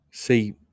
See